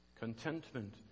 Contentment